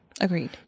agreed